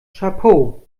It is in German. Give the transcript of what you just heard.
chapeau